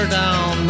down